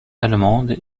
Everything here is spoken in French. allemande